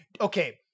okay